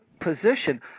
position